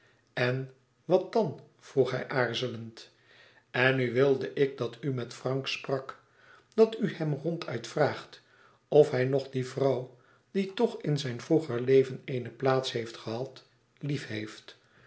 en wat dan vroeg hij aarzelend en nu wilde ik dat u met frank sprak dat u hem ronduit vraagt of hij nog die vrouw die toch in zijn vroeger leven eene plaats heeft gehad liefheeft